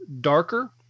darker